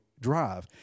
drive